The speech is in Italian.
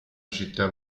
città